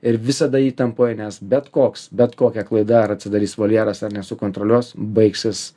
ir visada įtampoj nes bet koks bet kokia klaida ar atsidarys voljeras ar nesukontroliuos baigsis